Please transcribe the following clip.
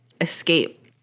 escape